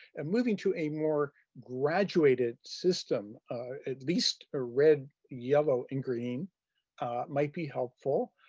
and moving to a more graduated system at least a red, yellow, and green might be helpful.